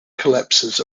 collapses